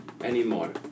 anymore